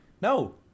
No